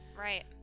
Right